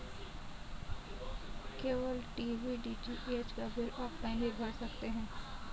cable TV DTH का bill offline भी भर सकते हैं